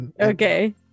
Okay